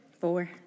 Four